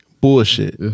Bullshit